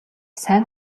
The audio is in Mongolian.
сайн